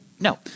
No